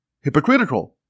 hypocritical